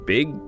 Big